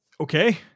Okay